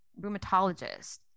rheumatologist